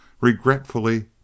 regretfully